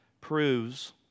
proves